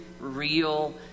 real